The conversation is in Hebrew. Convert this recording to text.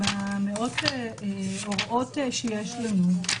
עם מאות ההוראות שיש לנו,